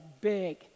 big